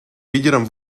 лидером